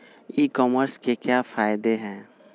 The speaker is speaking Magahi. ई कॉमर्स के क्या फायदे हैं?